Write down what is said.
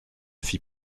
fit